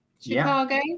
Chicago